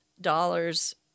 dollars